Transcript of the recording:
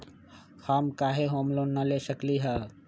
हम काहे home loan न ले सकली ह?